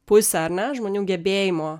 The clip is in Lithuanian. pusę ar ne žmonių gebėjimo